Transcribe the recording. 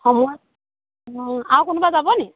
সময় অ' আৰু কোনোবা যাব নি